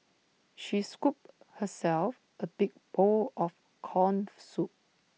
she scooped herself A big bowl of Corn Soup